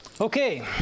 Okay